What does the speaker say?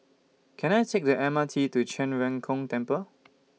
Can I Take The M R T to Zhen Ren Gong Temple